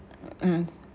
mm